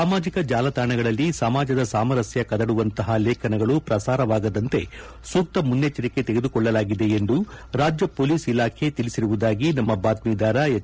ಸಾಮಾಜಿಕ ಜಾಲತಾಣಗಳಲ್ಲಿ ಸಮಾಜದ ಸಾಮರಸ್ಯ ಕದಡುವಂತಹ ಲೇಖನಗಳು ಪ್ರಸಾರವಾಗದಂತೆ ಸೂಕ್ತ ಮುನ್ನೆಚ್ಚರಿಕೆ ತೆಗೆದುಕೊಳ್ಳಲಾಗಿದೆ ಎಂದು ರಾಜ್ಯ ಪೊಲೀಸ್ ಇಲಾಖೆ ತಿಳಿಸಿರುವುದಾಗಿ ನಮ್ಮ ಬಾತ್ಲೀದಾರ ಎಚ್